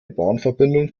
bahnverbindung